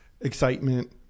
excitement